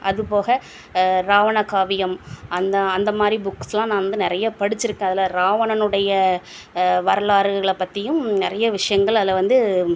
அது போக ராவண காவியம் அந்த அந்த மாதிரி புக்ஸுலாம் நான் வந்து நிறைய படித்திருக்கேன் அதில் ராவணனுடைய வரலாறுகளை பற்றியும் நிறைய விஷயங்கள் அதில் வந்து